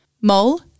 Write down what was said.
Mole